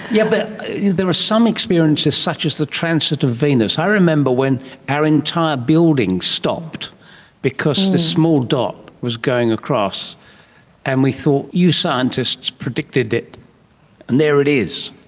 yeah but there are some experiences such as the transit of venus, i remember when our entire building stopped because this small dot was going across and we thought you scientists predicted it and there it is.